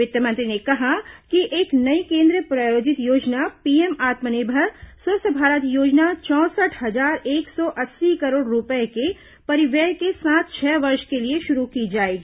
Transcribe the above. वित्त मंत्री ने कहा कि एक नई केन्द्र प्रायोजित योजना पीएम आत्मनिर्भर स्वस्थ भारत योजना चौसठ हजार एक सौ अस्सी करोड़ रूपए के परिव्यय के साथ छह वर्ष के लिए शुरू की जाएगी